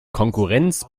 konkurrenz